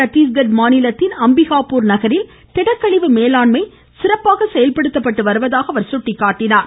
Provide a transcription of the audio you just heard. சத்தீஸ்கட் மாநிலத்தின் அம்பிகாபூர் நகரில் திடக்கழிவு மேலாண்மை சிறப்பாக செயல்படுத்தப்பட்டு வருவதாக அவர் சுட்டிக்காட்டினார்